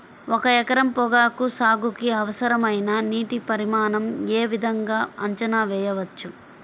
ఒక ఎకరం పొగాకు సాగుకి అవసరమైన నీటి పరిమాణం యే విధంగా అంచనా వేయవచ్చు?